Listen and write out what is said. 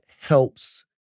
helps